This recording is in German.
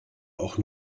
auch